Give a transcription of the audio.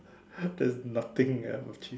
there's nothing that I have achieved